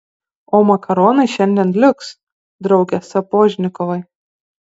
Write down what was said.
o makaronai šiandien liuks drauge sapožnikovai